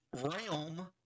Realm